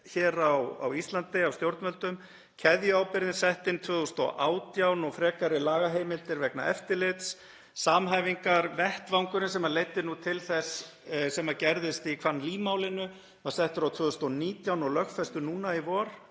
hér á Íslandi af stjórnvöldum. Keðjuábyrgðin var sett inn 2018 og frekari lagaheimildir vegna eftirlits. Samhæfingarvettvangurinn sem leiddi til þess sem gerðist í Quang Lé-málinu var settur á 2019 og lögfestur núna í vor.